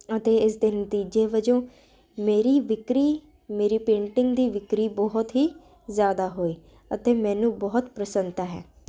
ਅਤੇ ਇਸ ਦੇ ਨਤੀਜੇ ਵਜੋਂ ਮੇਰੀ ਵਿਕਰੀ ਮੇਰੀ ਪੇਂਟਿੰਗ ਦੀ ਵਿਕਰੀ ਬਹੁਤ ਹੀ ਜਿਆਦਾ ਹੋਈ ਅਤੇ ਮੈਨੂੰ ਬਹੁਤ ਪ੍ਰਸੰਨਤਾ ਹੈ